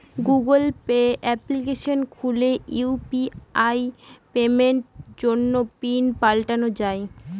Google Pay application খুলে UPI পেমেন্টের জন্য পিন পাল্টানো যাই